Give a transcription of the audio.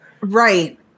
Right